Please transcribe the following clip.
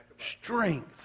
strength